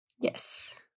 Yes